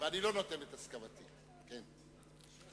לא ייתכן שיהיו בפנים ויצביעו נגד ויהיו בחוץ ויצביעו